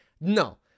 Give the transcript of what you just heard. No